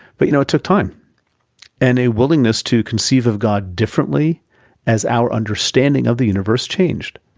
but you know, it took time and a willingness to conceive of god differently as our understanding of the universe changed.